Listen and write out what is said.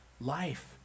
life